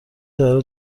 داره